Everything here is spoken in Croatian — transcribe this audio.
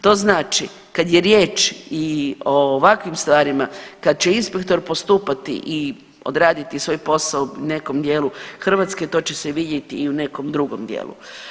To znači kad je riječ i o ovakvim stvarima, kad će inspektor postupati i odraditi svoj posao u nekom dijelu Hrvatske to će se vidjeti i u nekom drugom dijelu.